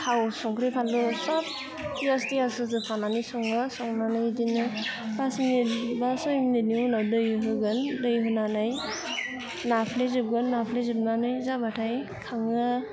थाव संख्रि फानलु सब पियास थियास होजोबखानानै सङो संनानै इदिनो फास मिनिट बा सय मिनिटनि उनाव दै होगोन दै होनानै नाफ्लेजोबगोन नाफ्लेजोबनानै जाबाथाय खाङो